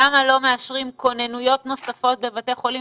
למה לא מאשרים כוננויות נוספות בבתי חולים,